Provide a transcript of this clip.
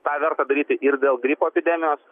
tą verta daryti ir dėl gripo epidemijos